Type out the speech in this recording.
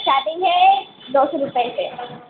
starting है दस रुपये से